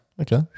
Okay